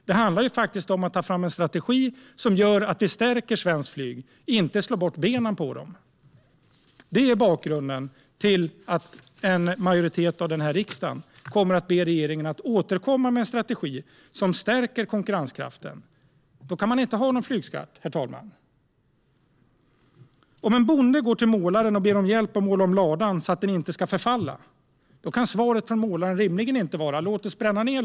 Det handlar om att ta fram en strategi som gör att vi stärker svenskt flyg, inte slår undan benen. Det är bakgrunden till att en majoritet av riksdagen kommer att be regeringen att återkomma med en strategi som stärker konkurrenskraften. Då går det inte att ha en flygskatt, herr talman. Om en bonde går till målaren och ber om hjälp att måla om ladan så att den inte ska förfalla, kan svaret från målaren rimligen inte vara att ladan ska brännas ned.